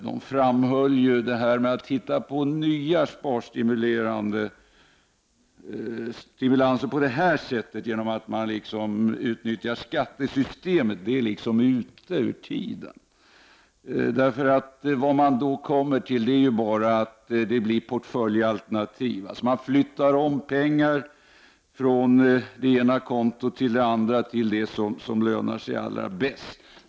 De framhöll att detta med att hitta på nya stimulanser till sparande på detta sätt, genom att man utnyttjar skattesystemet, det är ute i tiden. Resultatet blir bara att det blir portföljalternativ, att pengar flyttas om från det ena kontot till det andra, till det som lönar sig allra bäst.